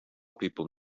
people